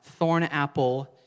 Thornapple